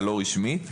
הרשמית,